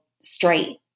straight